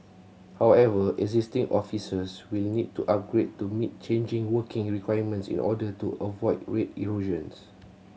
however existing officers will need to upgrade to meet changing working requirements in order to avoid rate erosion